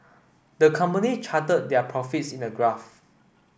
the company charted their profits in a graph